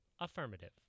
Affirmative